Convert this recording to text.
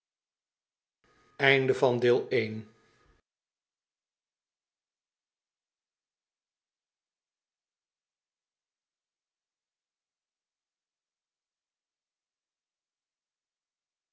einde van elke laan